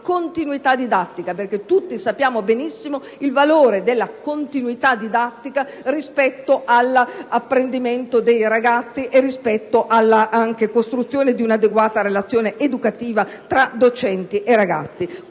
continuità didattica, perché tutti conosciamo benissimo il valore della continuità didattica rispetto all'apprendimento dei ragazzi ed anche rispetto alla costruzione di un'adeguata relazione educativa tra docenti e ragazzi.